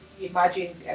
imagine